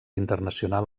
internacional